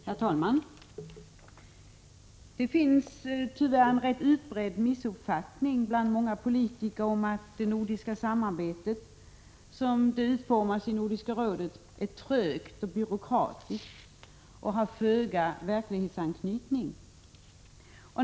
Herr talman! Det finns tyvärr en rätt utbredd missuppfattning bland många politiker om att det nordiska samarbete som utformas av Nordiska rådet är trögt och byråkratiskt och har föga verklighetsanknytning.